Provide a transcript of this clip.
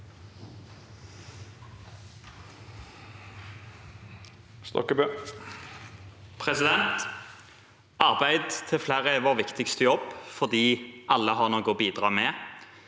Arbeid til fle- re er vår viktigste jobb, fordi alle har noe å bidra med.